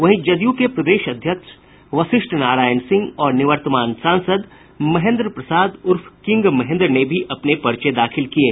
वहीं जदयू के प्रदेश अध्यक्ष वशिष्ठ नारायण सिंह और निवर्तमान सांसद महेन्द्र प्रसाद उर्फ किंग महेन्द्र ने भी पर्चे दाखिल किये